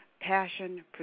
passion